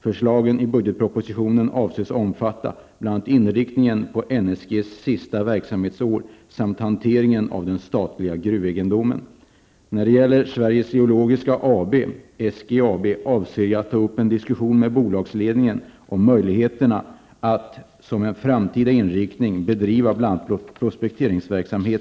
Förslagen i budgetpropositionen avses omfatta bl.a. När det gäller Sveriges Geologiska AB -- SGAB -- avser jag att ta upp en diskussion med bolagsledningen om möjligheterna att, som en framtida inriktning, bedriva bl.a.